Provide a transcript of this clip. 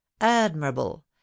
admirable